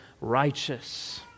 righteous